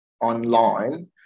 online